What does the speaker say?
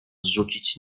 zrzucić